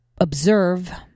observe